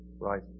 Right